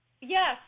Yes